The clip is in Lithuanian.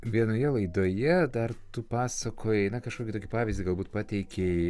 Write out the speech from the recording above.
vienoje laidoje dar tu pasakojai na kažkokį tokį pavyzdį galbūt pateikei